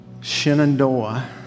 Shenandoah